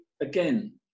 again